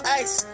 ice